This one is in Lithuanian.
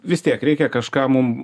vis tiek reikia kažką mum